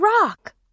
rock